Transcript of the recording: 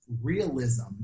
realism